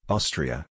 Austria